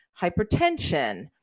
hypertension